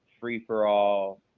free-for-all